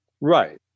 Right